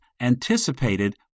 anticipated